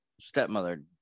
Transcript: stepmother